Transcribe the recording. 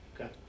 Okay